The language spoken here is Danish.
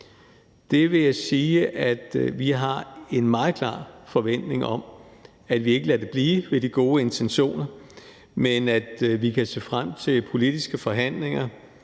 Jeg vil sige, at vi har en meget klar forventning om, at vi ikke lader det blive ved de gode intentioner, men at vi kan se frem til politiske forhandlinger